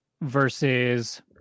versus